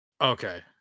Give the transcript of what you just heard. okay